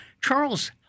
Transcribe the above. Charles